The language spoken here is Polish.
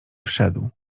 wszedł